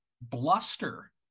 bluster